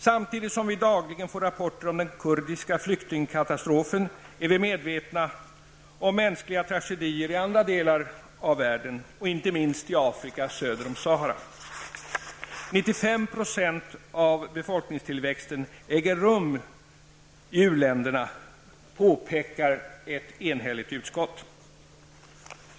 Samtidigt som vi dagligen får rapporten om den kurdiska flyktingkatastrofen är vi medvetna om mänskliga tragedier i andra delar av världen, inte minst i Afrika söder om Sahara. 95 % av befolkningstillväxten äger rum i uländerna, påpekar ett enhälligt utskott.